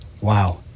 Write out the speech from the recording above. Wow